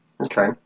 Okay